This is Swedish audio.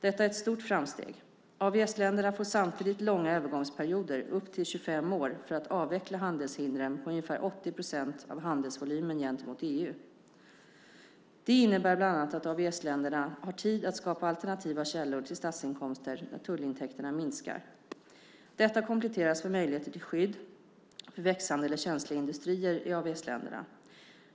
Detta är ett stort framsteg. AVS-länderna får samtidigt långa övergångsperioder - upp till 25 år - för att avveckla handelshindren på ungefär 80 procent av handelsvolymen gentemot EU. Det innebär bland annat att AVS-länderna har tid att skapa alternativa källor till statsinkomster när tullintäkterna minskar. Detta kompletteras med möjligheter till skydd för växande eller känsliga industrier i AVS-länderna.